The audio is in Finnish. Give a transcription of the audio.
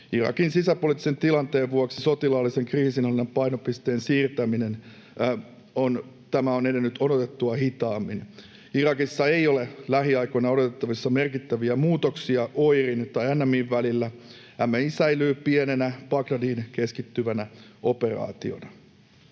Irakin sisäpoliittisen tilanteen vuoksi sotilaallisen kriisinhallinnan painopisteen siirtäminen on edennyt odotettua hitaammin. Irakissa ei ole lähiaikoina odotettavissa merkittäviä muutoksia OIRin tai NMI:n välillä. NMI säilyy pienenä, Bagdadiin keskittyvänä operaationa.